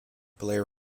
blair